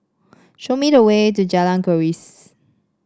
show me the way to Jalan Keris